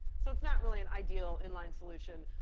so it's not really an ideal inline solution,